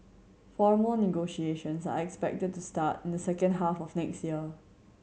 formal negotiations are expected to start in the second half of next year